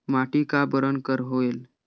माटी का बरन कर होयल?